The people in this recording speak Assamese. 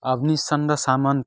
অগ্নিচন্দ ছামণ্ট